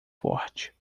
forte